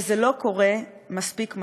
וזה לא קורה מספיק מהר.